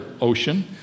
ocean